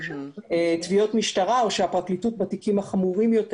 תביעות משטרה או שהפרקליטות בתיקים החמורים יותר